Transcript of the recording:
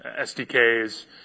SDKs